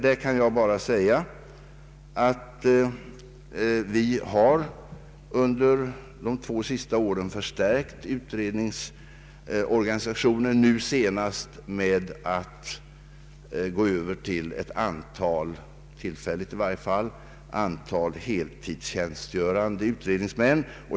Vi har under de två senaste åren förstärkt utredningsorganisationen, nu senast med att gå över — i varje fall tillfälligt — till att ha ett antal heltidstjänstgörande utredningsmän.